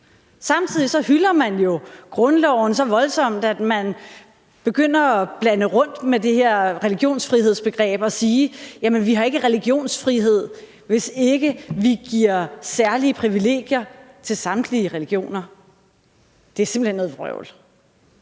Samtidig hylder man jo grundloven så voldsomt, at man begynder at rode rundt i det her religionsfrihedsbegreb og sige, at vi ikke har religionsfrihed, hvis ikke vi giver særlige privilegier til samtlige regioner. Det er simpelt hen noget vrøvl.